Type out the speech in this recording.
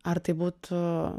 ar tai būtų